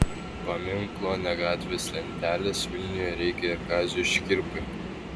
paminklo ne gatvės lentelės vilniuje reikia ir kaziui škirpai